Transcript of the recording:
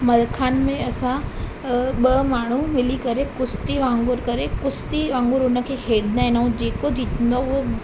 मलखान में असां ॿ माण्हू मिली करे कुश्ती वांगुरु करे कुस्ती वांगुरु उन खे खेॾंदा आहिनि ऐं जेको जीतींदो आहे उहो